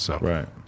Right